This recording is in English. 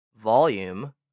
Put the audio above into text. volume